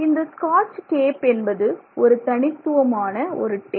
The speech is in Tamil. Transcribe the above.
இந்த ஸ்காட்ச் டேப் என்பது ஒரு தனித்துவமான ஒரு டேப்